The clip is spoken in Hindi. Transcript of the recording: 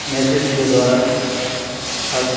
मैसेज़ के द्वारा हर